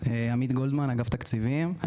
אני מאגף תקציבים.